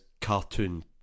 cartoon